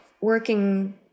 working